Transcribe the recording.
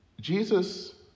Jesus